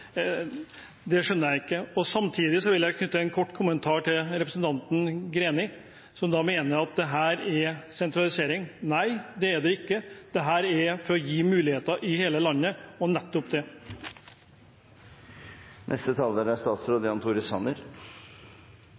Det skjønner jeg ikke. Samtidig vil jeg komme med en kort kommentar til representanten Greni, som mener at dette er sentralisering. Nei, det er det ikke. Det er for å gi muligheter til hele landet – og nettopp det.